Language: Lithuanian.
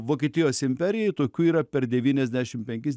vokietijos imperijai tokių yra per devyniasdešim penkis